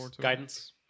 guidance